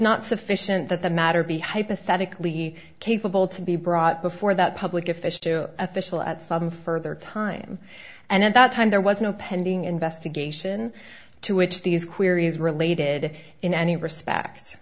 not sufficient that the matter be hypothetically capable to be brought before the public official to official at some further time and at that time there was no pending investigation to which these queries related in any respect